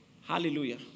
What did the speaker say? Hallelujah